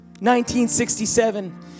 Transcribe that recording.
1967